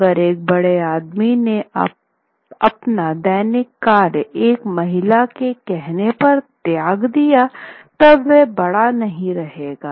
अगर एक बड़े आदमी ने अपना दैनिक कार्य एक महिला के कहने पर त्याग दिया तब वह बड़ा नहीं रहेगा